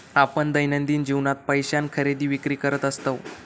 आपण दैनंदिन जीवनात पैशान खरेदी विक्री करत असतव